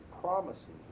promising